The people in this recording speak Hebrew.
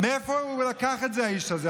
מאיפה הוא לקח את זה, האיש הזה?